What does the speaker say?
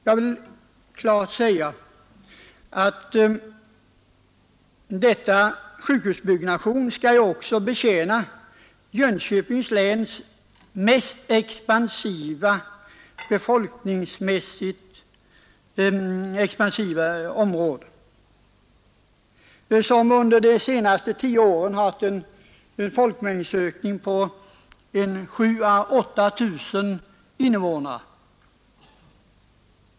Jag vill klart säga att denna sjukhusbyggnation skall betjäna Jön köpings läns befolkningsmässigt mest expansiva område, som under de senaste tio ären haft en folkmängdsökning på 7 000 å8 000 invånare.